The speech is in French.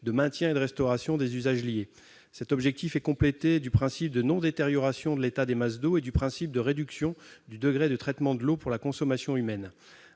de maintien et de restauration des usages liés. Cet objectif est complété par le principe de non-détérioration de l'état des masses d'eau et par celui de réduction du degré de traitement de l'eau pour la consommation humaine.